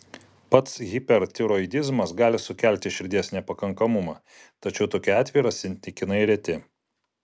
pats hipertiroidizmas gali sukelti širdies nepakankamumą tačiau tokie atvejai yra santykinai reti